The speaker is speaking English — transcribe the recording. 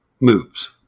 moves